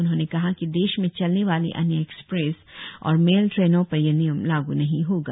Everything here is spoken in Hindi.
उन्होंने कहा कि देश में चलने वाली अन्य एक्सप्रेस और मेल ट्रेनों पर यह नियम लाग् नहीं होगा